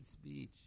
speech